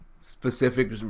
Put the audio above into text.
specific